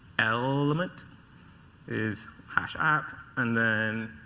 element is crash app. and then